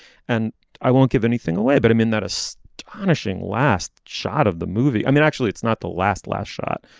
and i won't give anything away but i mean that astonishing last shot of the movie. i mean actually it's not the last last shot.